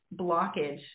blockage